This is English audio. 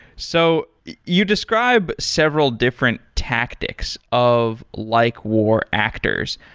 so you described several different tactics of likewar actors.